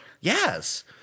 Yes